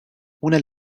una